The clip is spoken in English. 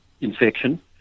Infection